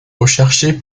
recherchés